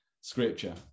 scripture